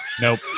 Nope